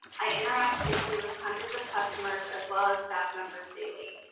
i interact safely with hundreds of customers as well as staff members daily.